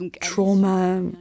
trauma